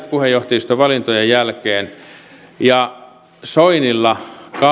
puheenjohtajistovalintojen jälkeen ja soinillakaan